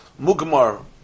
Mugmar